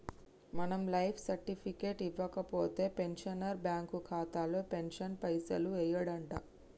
మనం life certificate ఇవ్వకపోతే pensioner bank ఖాతాలో పెన్షన్ పైసలు యెయ్యడంట